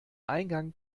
eingang